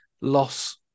loss